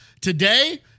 Today